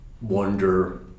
wonder